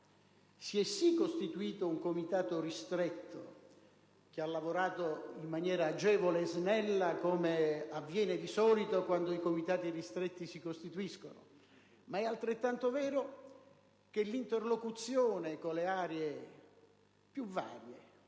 stato sì costituito un Comitato ristretto, che ha lavorato in maniera agevole e snella - come avviene di solito quando i Comitati ristretti si costituiscono - ma è anche vero che l'interlocuzione con le aree più varie